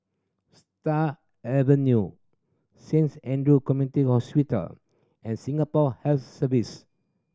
Stars Avenue Saint Andrew's Community Hospital and Singapore Health Service